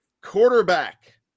quarterback